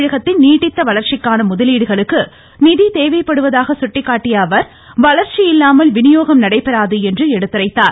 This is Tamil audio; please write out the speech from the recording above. தமிழகத்தின் நீடித்த வளர்ச்சிக்கான முதலீட்டுகளுக்கு நிதி தேவைப்படுவதாக சுட்டிக்காட்டிய அவர் வளர்ச்சி இல்லாமல் விநியோகம் நடைபெறாது என்று எடுத்துரைத்தார்